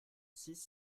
six